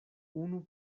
unu